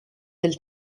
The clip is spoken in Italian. del